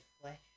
flesh